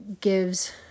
gives